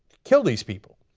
kill these people.